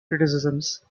criticisms